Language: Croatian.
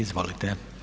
Izvolite.